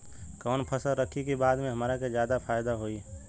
कवन फसल रखी कि बाद में हमरा के ज्यादा फायदा होयी?